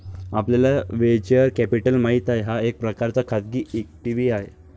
आपल्याला venture capital माहित आहे, हा एक प्रकारचा खाजगी इक्विटी आहे